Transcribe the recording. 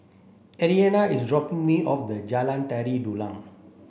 Ariana is dropping me off the Jalan Tari Dulang